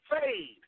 fade